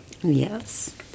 Yes